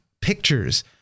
pictures